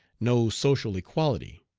no social equality.